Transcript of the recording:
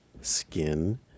skin